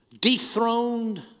dethroned